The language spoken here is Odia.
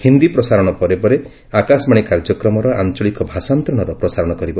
ହିନ୍ଦୀ ପ୍ରସାରଣ ପରେ ପରେ ଆକାଶବାଣୀ କାର୍ଯ୍ୟକ୍ରମର ଆଞ୍ଚଳିକ ଭାଷାନ୍ତରଣର ପ୍ରସାରଣ କରିବ